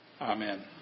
Amen